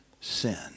sin